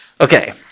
Okay